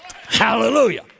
Hallelujah